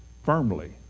firmly